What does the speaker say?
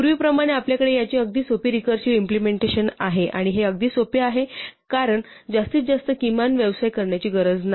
पूर्वीप्रमाणे आपल्याकडे याची अगदी सोपी रिकर्सिव्ह इम्पलेमेंटेशन आहे आणि हे अगदी सोपे आहे कारण जास्तीत जास्त किमान व्यवसाय करण्याची गरज नाही